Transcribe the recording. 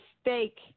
steak